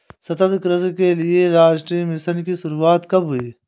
सतत कृषि के लिए राष्ट्रीय मिशन की शुरुआत कब हुई?